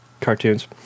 cartoons